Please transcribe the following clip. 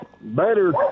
Better